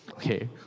Okay